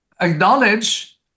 acknowledge